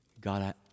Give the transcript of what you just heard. God